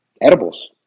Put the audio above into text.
edibles